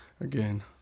again